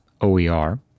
OER